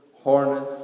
hornets